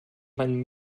mein